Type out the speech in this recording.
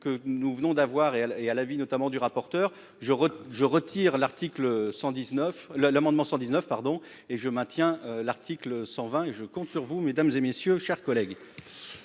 nous venons d'avoir et elle est à la vie, notamment du rapporteur je je retire l'article 119 le l'amendement 119 pardon et je maintiens l'article 120 et je compte sur vous, mesdames et messieurs, chers collègues.